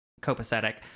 copacetic